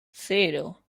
cero